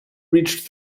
reached